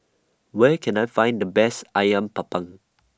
Where Can I Find The Best Ayam Panggang